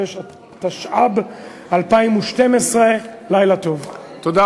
שיועבר לאחריות החשבת הכללית,